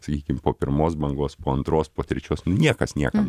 sakykim po pirmos bangos po antros po trečios nu niekas niekam